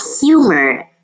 humor